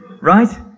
Right